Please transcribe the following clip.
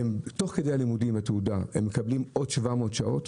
תוך כדי לימודי התעודה הם מקבלים עוד 700 שעות.